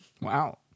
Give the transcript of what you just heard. Wow